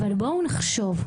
אבל בואו נחשוב.